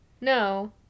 No